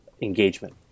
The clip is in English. engagement